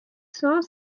cent